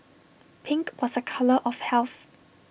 pink was A colour of health